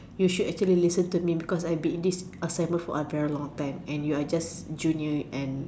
you should actually listen to me because I've been in this assignment for a very long time and you're just a junior and